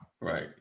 right